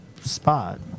spot